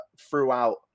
throughout